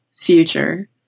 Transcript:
future